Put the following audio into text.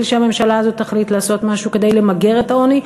שהממשלה הזאת תחליט משהו כדי למגר את העוני.